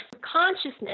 consciousness